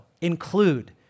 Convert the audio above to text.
include